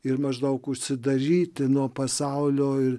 ir maždaug užsidaryti nuo pasaulio ir